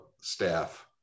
staff